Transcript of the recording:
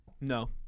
no